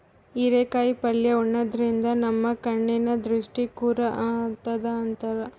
ಹಿರೇಕಾಯಿ ಪಲ್ಯ ಉಣಾದ್ರಿನ್ದ ನಮ್ ಕಣ್ಣಿನ್ ದೃಷ್ಟಿ ಖುರ್ ಆತದ್ ಅಂತಾರ್